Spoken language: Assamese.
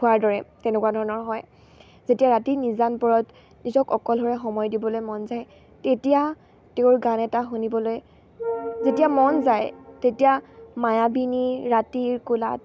হোৱাৰ দৰে তেনেকুৱা ধৰণৰ হয় যেতিয়া ৰাতি নিজান পৰত নিজক অকলশৰে সময় দিবলৈ মন যায় তেতিয়া তেওঁৰ গান এটা শুনিবলৈ যেতিয়া মন যায় তেতিয়া মায়াবিনী ৰাতিৰ কোলাত